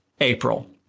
April